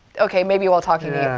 ok, maybe while talking yeah